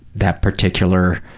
that particular